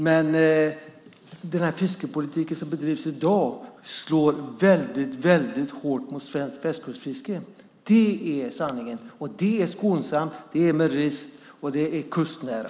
Men den fiskepolitik som bedrivs i dag slår väldigt hårt mot svenskt västkustfiske. Det är sanningen. Det är skonsamt, det är med rist och det är kustnära.